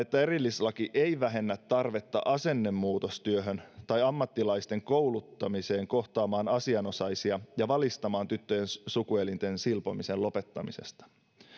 että erillislaki ei vähennä tarvetta asennemuutostyöhön tai ammattilaisten kouluttamiseen kohtaamaan asianosaisia ja valistamaan tyttöjen sukuelinten silpomisen lopettamisesta